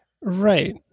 Right